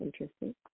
Interesting